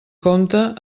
compte